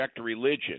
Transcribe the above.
religion